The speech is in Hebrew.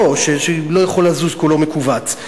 שלא יכול לזוז וכולו מכווץ,